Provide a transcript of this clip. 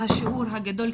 השיעור הגדול,